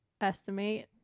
estimate